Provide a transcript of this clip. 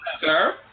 Sir